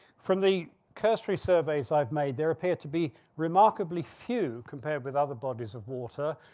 from the cursory surveys i've made, there appear to be remarkably few compared with other bodies of water,